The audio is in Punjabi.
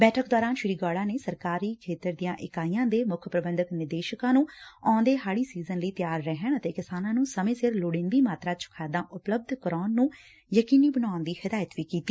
ਬੈਠਕ ਦੌਰਾਨ ਸ੍ਰੀ ਗੌੜਾ ਨੇ ਸਰਕਾਰੀ ਖੇਤਰ ਦੀਆਂ ਇਕਾਈਆਂ ਦੇ ਮੁੱਖ ਪ੍ਰਬੰਧ ਨਿਦੇਸ਼ਕਾਂ ਨੂੰ ਆਉਂਦੇ ਹਾਤੀ ਸੀਜ਼ਨ ਲਈ ਤਿਆਰ ਰਹਿਣ ਅਤੇ ਕਿਸਾਨਾ ਨੂੰ ਸਮੇਂ ਸਿਰ ਲੋੜੀਦੀ ਮਾਤਰਾ ਚ ਖਾਦਾਂ ਉਪਲਬਧ ਕਰਾਉਣ ਨੁੰ ਯਕੀਨੀ ਬਣਾਉਣ ਦੀ ਹਦਾਇਤ ਵੀ ਕੀਤੀ